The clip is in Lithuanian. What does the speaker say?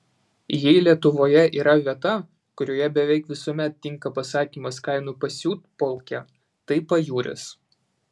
jei lietuvoje yra vieta kurioje beveik visuomet tinka pasakymas kainų pasiutpolkė tai pajūris